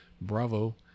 Bravo